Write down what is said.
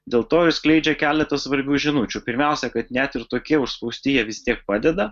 dėl to ji skleidžia keletą svarbių žinučių pirmiausia kad net ir tokie užspausti jie vis tiek padeda